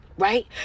Right